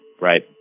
right